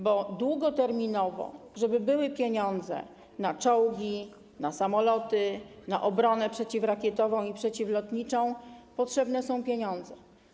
Bo długoterminowo, żeby były środki na czołgi, na samoloty, na obronę przeciwrakietową i przeciwlotniczą, potrzebne są pieniądze.